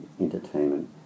entertainment